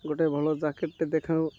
ଗୋଟେ ଭଲ ଜାକେଟ୍ଟେ ଦେଖାଉ